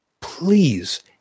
Please